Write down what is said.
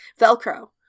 Velcro